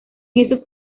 esos